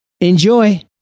Enjoy